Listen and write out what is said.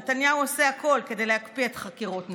נתניהו עושה הכול כדי להקפיא את החקירות נגדו.